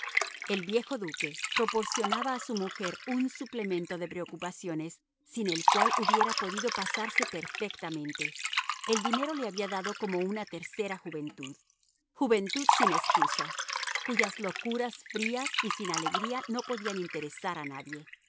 el viejo duque proporcionaba a su mujer un suplemento de preocupaciones sin el cual hubiera podido pasarse perfectamente el dinero le había dado como una tercera juventud juventud sin excusa cuyas locuras frías y sin alegría no podían interesar a nadie